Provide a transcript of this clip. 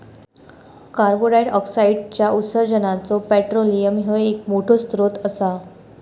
कार्बंडाईऑक्साईडच्या उत्सर्जानाचो पेट्रोलियम ह्यो एक मोठो स्त्रोत असा